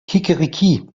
kikeriki